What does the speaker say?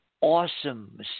awesome